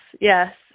yes